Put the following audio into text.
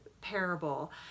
parable